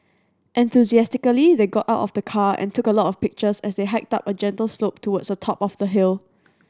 enthusiastically they got out of the car and took a lot of pictures as they hiked up a gentle slope towards the top of the hill